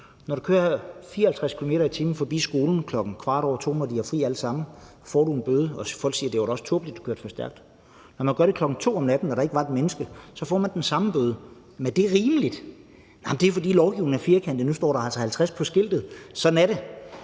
Når du kører 54 km/t. forbi skolen kl. 14.15, når de har fri alle sammen, får du en bøde. Og folk siger: Det var da også tåbeligt, du kørte for stærkt. Når man gør det kl. 2.00 om natten, og der ikke er et menneske, får man den samme bøde. Men er det rimeligt? Det er, fordi lovgivningen er firkantet. Nu står der altså 50 på skiltet. Sådan er det.